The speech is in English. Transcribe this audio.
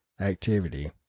activity